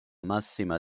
massima